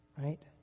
Right